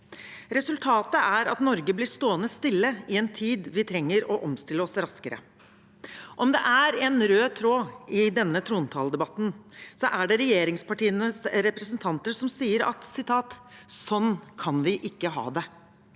Resultatet er at Norge blir stående stille i en tid der vi trenger å omstille oss raskere. Om det er en rød tråd i denne trontaledebatten, er det regjeringspartienes representanter som sier at sånn kan vi ikke ha det.